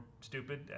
stupid